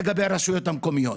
לגבי הרשויות המקומיות,